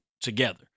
together